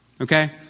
okay